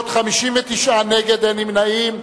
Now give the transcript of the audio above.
26, נגד, 59, ואין נמנעים.